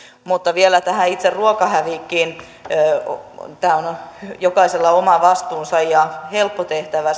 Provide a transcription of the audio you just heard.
mutta vielä tähän itse ruokahävikkiin tässä on jokaisella oma vastuunsa ja tämä on siltä osin helppo tehtävä